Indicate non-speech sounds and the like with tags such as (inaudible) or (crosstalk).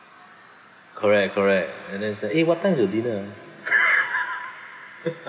correct correct and then say eh what time your dinner (laughs)